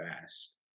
fast